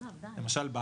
למשל,